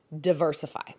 diversify